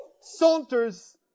saunters